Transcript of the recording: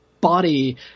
body